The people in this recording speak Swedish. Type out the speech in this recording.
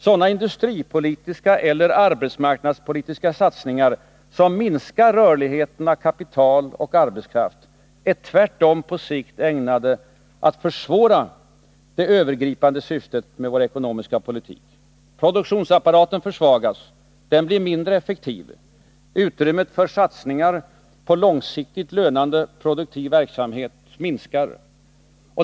Sådana industripolitiska eller arbetsmarknadspolitiska satsningar som minskar rörligheten av kapital och arbetskraft är tvärtom på sikt ägnade att försvåra det övergripande syftet med vår ekonomiska politik. Produktionsapparaten försvagas. Den blir mindre effektiv. Utrymmet för satsningar på långsiktigt lönande produktiv verksamhet minskar.